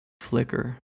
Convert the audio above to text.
flicker